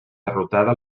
derrotada